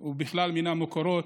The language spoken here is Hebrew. הוא בכלל במקורות,